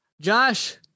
Josh